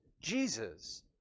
Jesus